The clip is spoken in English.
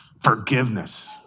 forgiveness